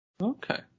Okay